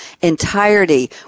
entirety